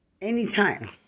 Anytime